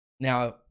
Now